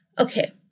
Okay